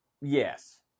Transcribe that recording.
Yes